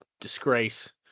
disgrace